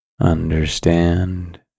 Understand